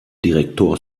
director